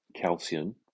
calcium